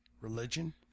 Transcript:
religion